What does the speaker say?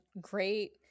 great